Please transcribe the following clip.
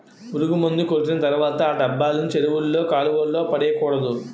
పురుగుమందు కొట్టిన తర్వాత ఆ డబ్బాలను చెరువుల్లో కాలువల్లో పడేకూడదు